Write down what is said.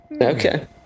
Okay